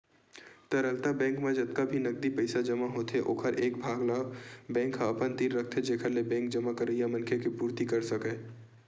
तरलता बेंक म जतका भी नगदी पइसा जमा होथे ओखर एक भाग ल बेंक ह अपन तीर रखथे जेखर ले बेंक जमा करइया मनखे के पुरती कर सकय